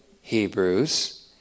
Hebrews